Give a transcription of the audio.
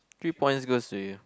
three points goes to you